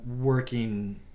working